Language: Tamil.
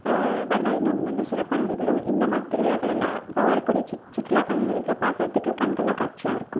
பண்ணாரி நோன்பு வந்து சிறப்பாக நடைபெறும் இந்த மாதிரி திருவிழாக்கள் எல்லாம் இப்போ வர கூடிய சுற்றுலா பயணிகளுக்கு பாக்கிறதுக்கு கண்கொள்ளா காட்சியாக இருக்கும்